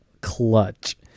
clutch